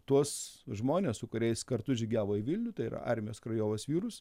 tuos žmones su kuriais kartu žygiavo į vilnių tai yra armijos krajovos vyrus